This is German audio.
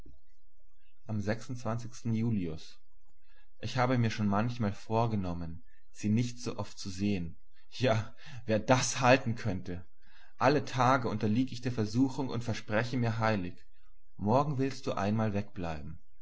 am junius ich habe mir schon manchmal vorgenommen sie nicht so oft zu sehn ja wer das halten könnte alle tage unterlieg ich der versuchung und verspreche mir heilig morgen willst du einmal wegbleiben